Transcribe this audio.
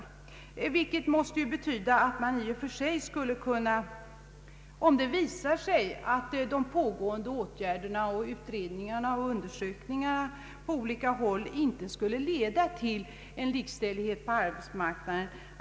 Det måste ju betyda att man i och för sig skulle vara beredd att lagstifta, om det visar sig att de pågående utredningarna på olika håll inte skulle leda till likställighet på arbetsmarknaden.